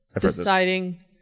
deciding